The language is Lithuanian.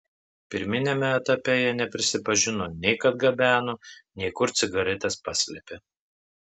pirminiame etape jie neprisipažino nei kad gabeno nei kur cigaretes paslėpė